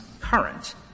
current